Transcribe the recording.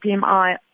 PMI